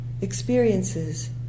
experiences